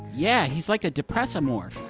yeah. he's like a depressomorph.